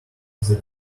than